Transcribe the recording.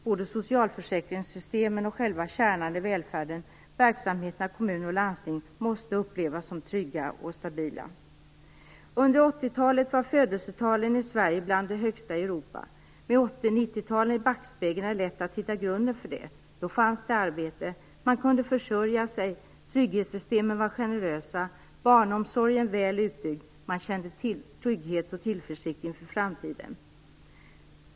Både socialförsäkringssystemen och själva kärnan i välfärden, verksamheterna i kommuner och landsting, måste upplevas som trygga och stabila. Under 80-talet var födelsetalen i Sverige bland de högsta i Europa. Med 80 och 90-talen i backspegeln är det lätt att hitta grunden för det. Då fanns det arbete. Man kunde försörja sig. Trygghetssystemen var generösa, barnomsorgen väl utbyggd och man kände trygghet och tillförsikt inför framtiden.